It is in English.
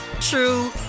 true